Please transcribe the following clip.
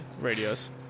radios